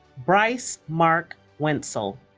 bryce mark wentzell